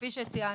כפי שציינו,